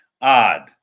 Odd